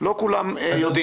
לא כולם יודעים.